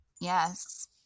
Yes